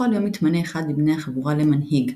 בכל יום מתמנה אחד מבני החבורה למנהיג,